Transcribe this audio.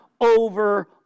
over